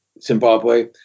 Zimbabwe